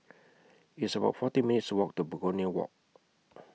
It's about forty minutes' Walk to Begonia Walk